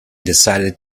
decided